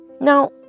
Now